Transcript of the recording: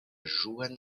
johann